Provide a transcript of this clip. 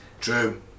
true